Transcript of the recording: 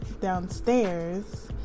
downstairs